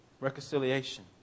reconciliation